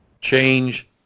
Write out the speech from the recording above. change